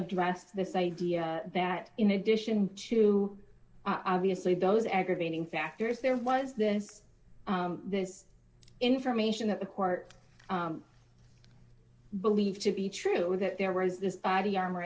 addressed this idea that in addition to obviously those aggravating factors there was this is information that the court believed to be true that there was this body armor